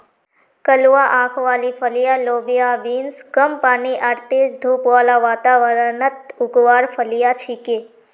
कलवा आंख वाली फलियाँ लोबिया बींस कम पानी आर तेज धूप बाला वातावरणत उगवार फलियां छिके